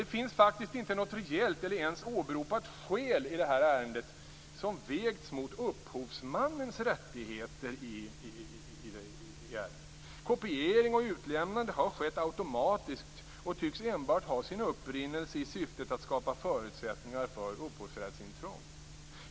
Det finns faktiskt inte något reellt eller ens åberopat skäl i det aktuella fallet som vägts mot upphovsmannens rättigheter. Kopiering och utlämnande har skett automatiskt och tycks enbart ha sin upprinnelse i syftet att skapa förutsättningar för upphovsrättsintrång.